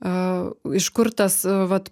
a iš kur tas vat